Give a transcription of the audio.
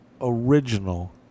original